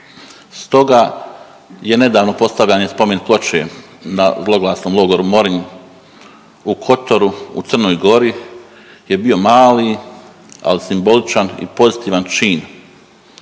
Stoga je nedavno postavljanje spomen ploče na zloglasnom logoru Morinj u Kotoru u Crnoj Gori je bio mali, ali simboličan i pozitivan čin.